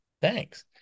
Thanks